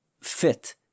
fit